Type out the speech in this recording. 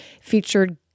featured